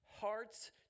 hearts